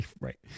Right